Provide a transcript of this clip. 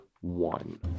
one